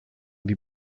wie